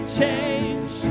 change